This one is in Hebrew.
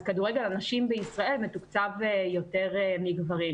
אז כדורגל נשים בישראל מתוקצב יותר מגברים,